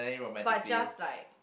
but just like